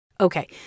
Okay